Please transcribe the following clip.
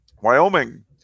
Wyoming